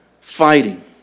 fighting